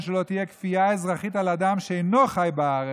שלא תהיה כפייה אזרחית על אדם שאינו חי בארץ,